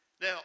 Now